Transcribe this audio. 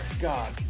God